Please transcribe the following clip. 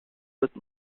with